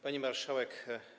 Pani Marszałek!